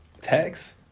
text